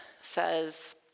says